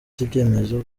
ry’ibyemezo